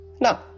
Now